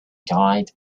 guide